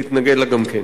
להתנגד לה גם כן.